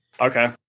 Okay